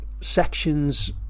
sections